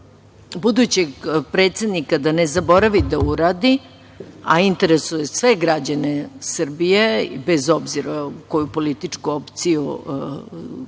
budućeg predsednika da ne zaboravi da uradi, a interesuje sve građane Srbije, bez obzira koju političku opciju podržavaju